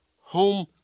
home